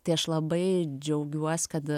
tai aš labai džiaugiuos kad